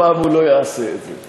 הפעם הוא לא יעשה את זה,